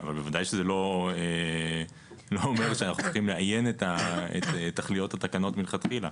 אבל בוודאי שזה לא אומר שאנחנו צריכים לאיין את תכליות התקנות מלכתחילה.